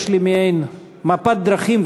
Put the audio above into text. יש לי מעין מפת דרכים,